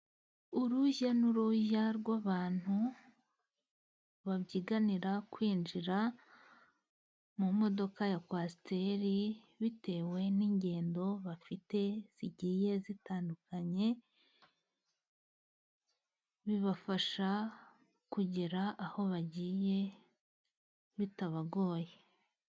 Urujya n'uruza rw'abantu babyiganira kwinjira mu modoka ya kwasiteri, bitewe n'ingendo bafite zigiye zitandukanye, bibafasha kugera aho bagiye bitabagoye.